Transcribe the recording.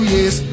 Yes